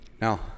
Now